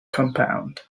compound